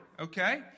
okay